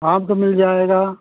आम का मिल जाएगा